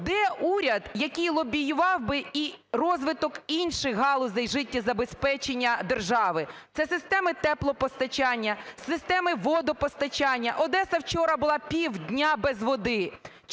Де уряд, який лобіював би і розвиток інших галузей життєзабезпечення держави? Це системи теплопостачання, системи водопостачання. Одеса вчора була півдня без води.